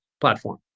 platform